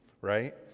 right